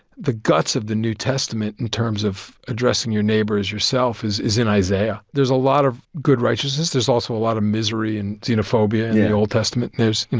the guts of the new testament, in terms of addressing your neighbors yourself, is is in isaiah. there's a lot of good righteousness. there's also a lot of misery and xenophobia in yeah the old testament. and you know,